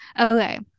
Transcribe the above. Okay